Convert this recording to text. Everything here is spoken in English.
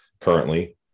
currently